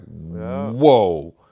whoa